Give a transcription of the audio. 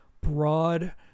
broad